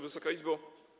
Wysoka Izbo!